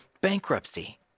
bankruptcy